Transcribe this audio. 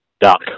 doc